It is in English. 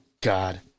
god